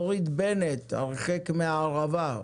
דורית בנט, הרחק מהערבה,